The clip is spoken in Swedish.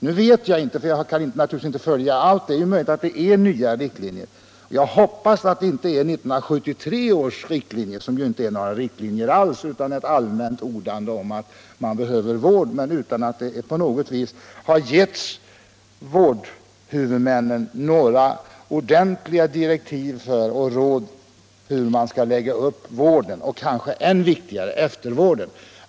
Nu kan jag inte följa allt, så jag vet inte om det möjligen ändå är nya riktlinjer — men jag hoppas i varje fall narkotikamissbru ket att det inte är fråga om 1973 års riktlinjer, som ju inte är några riktlinjer alls, utan ett allmänt ordande om att det behövs vård utan att man ger vårdhuvudmiännen några ordentliga direktiv för eller råd om hur de skall lägga upp vården och — kanske än viktigare — eftervården.